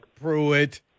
Pruitt